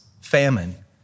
famine